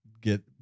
get